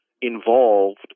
involved